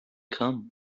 come